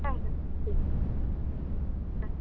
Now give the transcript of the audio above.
হ্যাঁ হ্যাঁ ঠিক আছে হ্যাঁ